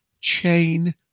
Chain